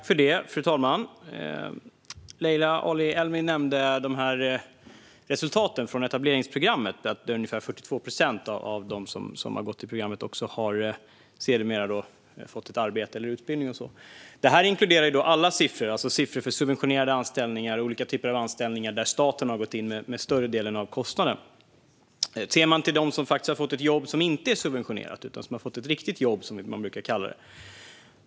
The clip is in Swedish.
Fru talman! Leila Ali-Elmi nämnde resultaten från etableringsprogrammet. Ungefär 42 procent av dem som har gått i programmet har sedermera fått ett arbete eller en utbildning. Här inkluderas då alla siffror. Det gäller alltså siffror för subventionerade anställningar, det vill säga olika typer av anställningar där staten har gått in med större delen av kostnaden. Man kan se på dem som faktiskt har fått ett jobb som inte är subventionerat, ett riktigt jobb, som man brukar kalla det.